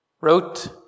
wrote